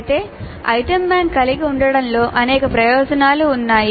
అయితే item bank కలిగి ఉండటంలో అనేక ప్రయోజనాలు ఉన్నాయి